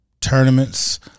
tournaments